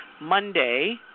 Monday